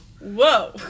Whoa